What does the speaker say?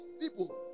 People